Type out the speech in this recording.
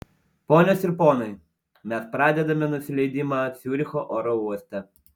ponios ir ponai mes pradedame nusileidimą ciuricho oro uoste